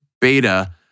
beta